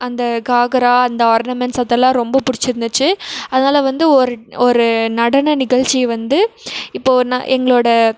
அந்த காக்ரா அந்த ஆர்னமென்ட்ஸ் அதெல்லாம் ரொம்ப பிடிச்சிருந்துச்சு அதனால் வந்து ஒரு ஒரு நடன நிகழ்ச்சியை வந்து இப்போது நான் எங்களோடய